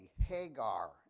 Hagar